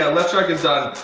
ah left shark is done.